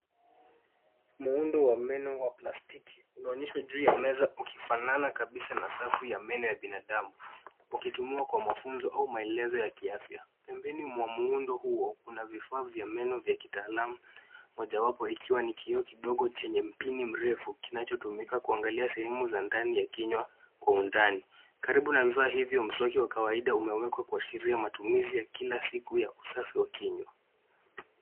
Muundo wa meno wa plastiki, unaonyeshwa ju ya meza ukifanana kabisa na safu ya meno ya binadamu, ukitumiwa kwa mafunzo au maelezo ya kiafya. Pembeni mwa muundo huo, kuna vifaa vya meno vya kitaalamu, mojawapo ikiwa ni kioo kidogo chenye mpini mrefu, kinachotumika kuangalia sehemu za ndani ya kinywa, kwa undani. Karibu na vifaa hivyo, mswaki wa kawaida umewekwa kuashiria matumizi ya kila siku ya usafi wa kinywa.